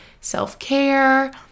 self-care